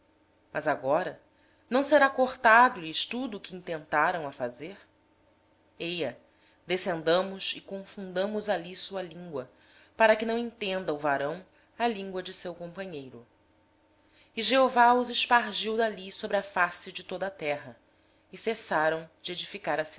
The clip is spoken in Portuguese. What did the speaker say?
fazer agora não haverá restrição para tudo o que eles intentarem fazer eia desçamos e confundamos ali a sua linguagem para que não entenda um a língua do outro assim o senhor os espalhou dali sobre a face de toda a terra e cessaram de edificar